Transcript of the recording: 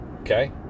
okay